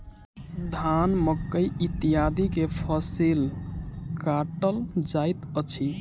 धान, मकई इत्यादि के फसिल काटल जाइत अछि